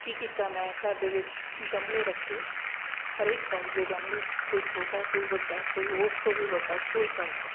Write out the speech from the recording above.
ਕੀ ਕੀਤਾ ਮੈਂ ਘਰ ਦੇ ਵਿੱਚ ਗਮਲੇ ਰੱਖੇ ਹਰੇਕ ਸਾਈਜ਼ ਦੇ ਗਮਲੇ ਕੋਈ ਛੋਟਾ ਕੋਈ ਵੱਡਾ ਕੋਈ ਉਸ ਤੋਂ ਵੀ ਵੱਡਾ ਫੁੱਲ ਸਾਈਜ਼ ਦਾ